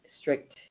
strict